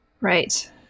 right